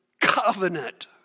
covenant